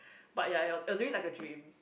but ya it was it was really like a dream